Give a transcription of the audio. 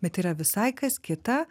bet yra visai kas kita